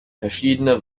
verschiedene